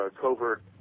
covert